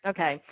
Okay